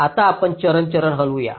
आता आपण चरण चरण हलवू या